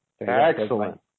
excellent